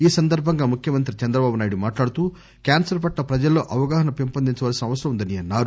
ఈ సందర్భంగా ముఖ్యమంత్రి చంద్రబాబునాయుడు మాట్లాడుతూ క్యాన్సర్ పట్ల ప్రజల్లో అవగాహన పెంపొందించవలసిన అవసరం ఉందన్నారు